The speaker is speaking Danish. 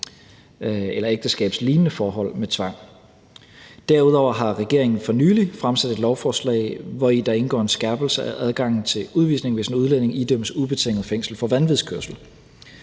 eller ægteskabslignende forhold med tvang. Derudover har regeringen for nylig fremsat et lovforslag, hvori der indgår en skærpelse af adgangen til udvisning, hvis en udlænding idømmes ubetinget fængsel for vanvidskørsel.